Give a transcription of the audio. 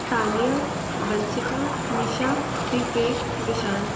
Tania Vanshika Nisha Vivek Vishal